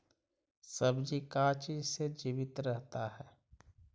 सब्जी का चीज से जीवित रहता है?